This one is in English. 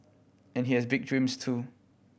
and he has big dreams too